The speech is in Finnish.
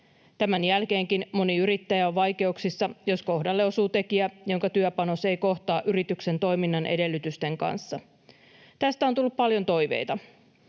Tämän jälkeenkin moni yrittäjä on vaikeuksissa, jos kohdalle osuu tekijä, jonka työpanos ei kohtaa yrityksen toiminnan edellytysten kanssa. Tästä on tullut paljon toiveita,